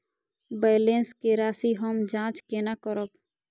Balance के राशि हम जाँच केना करब?